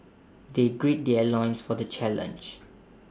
they grill their loins for the challenge